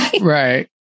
Right